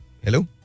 Hello